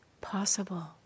possible